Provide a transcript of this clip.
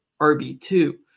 RB2